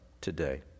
today